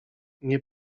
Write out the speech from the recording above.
nie